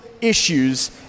issues